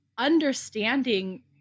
understanding